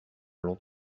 long